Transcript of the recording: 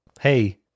hey